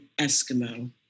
Eskimo